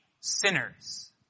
sinners